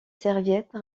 serviette